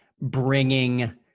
bringing